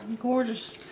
Gorgeous